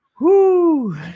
Woo